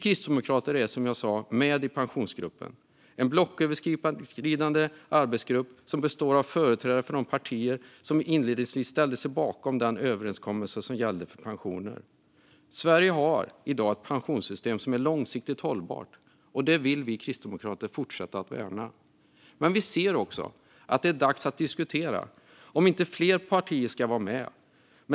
Kristdemokraterna är som jag sa med i Pensionsgruppen, en blocköverskridande arbetsgrupp som består av företrädare för de partier som inledningsvis ställde sig bakom den överenskommelse som gällde pensionerna. Sverige har i dag ett pensionssystem som är långsiktigt hållbart, och det vill vi kristdemokrater fortsätta värna. Men vi ser också att det är dags att diskutera om inte fler partier ska vara med.